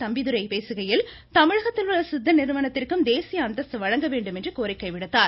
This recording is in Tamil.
தம்பிதுரை பேசுகையில் தமிழகத்தில் உள்ள சித்த நிறுவனத்திற்கும் தேசிய அந்தஸ்து வழங்க வேண்டும் என்று கோரினார்